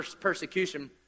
persecution